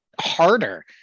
harder